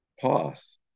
path